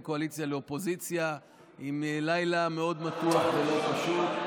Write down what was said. קואליציה לאופוזיציה עם לילה מאוד מתוח ולא פשוט.